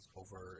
over